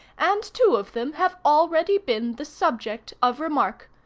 and two of them have already been the subject of remark.